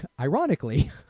ironically